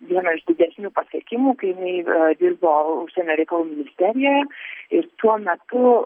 viena iš didesnių pasiekimų kai jinai dirbo užsienio reikalų ministerijoje ir tuo metu